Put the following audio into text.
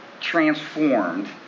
transformed